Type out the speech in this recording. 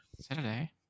Saturday